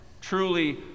truly